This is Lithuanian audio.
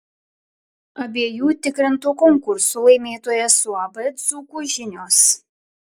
abiejų tikrintų konkursų laimėtojas uab dzūkų žinios